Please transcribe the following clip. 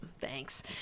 Thanks